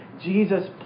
Jesus